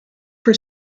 for